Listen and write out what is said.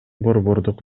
борбордук